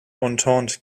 entente